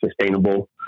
sustainable